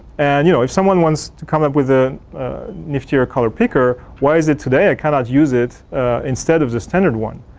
and you know if someone wants to come up with a niftier color picker why is it today i cannot use it instead of the standard one?